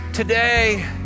Today